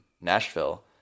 Nashville